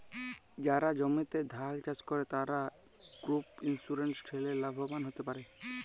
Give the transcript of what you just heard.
যারা জমিতে ধাল চাস করে, তারা ক্রপ ইন্সুরেন্স ঠেলে লাভবান হ্যতে পারে